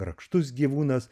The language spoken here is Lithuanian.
grakštus gyvūnas